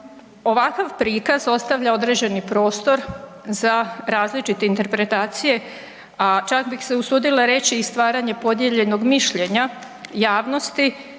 Ovakav prikaz ostavlja određeni prostor za različite interpretacije, a čak bih se usudila reći i stvaranje podijeljenog mišljenja javnosti